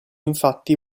infatti